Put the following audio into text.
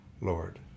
Lord